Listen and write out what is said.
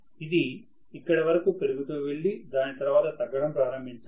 ఇది ఇక్కడ వరకు పెరుగుతూ వెళ్లి దాని తర్వాత తగ్గడం ప్రారంభించాలి